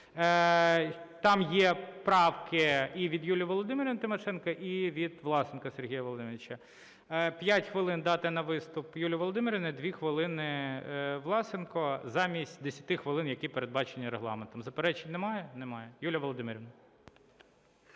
Там є правки і від Юлії Володимирівни Тимошенко, і від Власенка Сергія Володимировича. П'ять хвилин дати на виступ Юлії Володимирівні, 2 хвилини – Власенку, замість 10 хвилин, які передбачені Регламентом. Заперечень немає? Немає. Юлія Володимирівна.